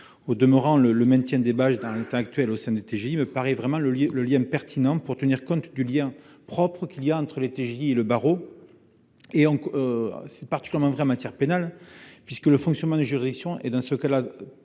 au demeurant le le maintien des bâches dans l'état actuel au sein des TJ, me paraît vraiment le lieu, le lien pertinent pour tenir compte du lien propres, qu'il y a entre les TGI et le barreau et en encore, c'est particulièrement vrai en matière pénale, puisque le fonctionnement des juridictions et dans ce cas-là